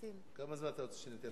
כמה זמן אתה רוצה שניתן